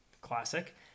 Classic